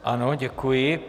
Ano, děkuji.